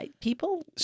People